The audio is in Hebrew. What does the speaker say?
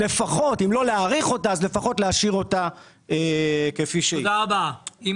צריך להשאיר את פרק הזמן כפי שהוא,